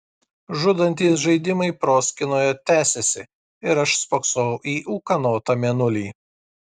žudantys žaidimai proskynoje tesėsi ir aš spoksojau į ūkanotą mėnulį